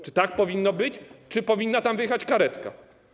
Czy tak powinno być, czy powinna tam wyjechać karetka?